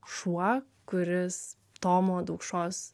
šuo kuris tomo daukšos